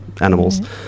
animals